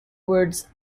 words